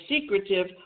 secretive